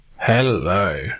Hello